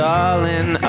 Darling